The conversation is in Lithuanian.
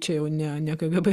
čia jau ne ne kgb